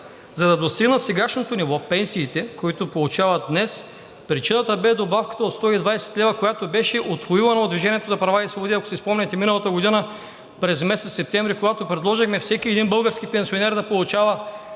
за да достигнат пенсиите сегашното ниво, което получават днес, причината бе добавката от 120 лв., която беше отвоювана от „Движение за права и свободи“. Ако си спомняте, миналата година през месец септември, когато предложихме всеки един български пенсионер да получава